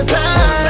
time